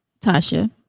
Tasha